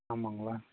ஆமாங்களா